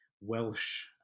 Welsh